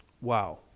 Wow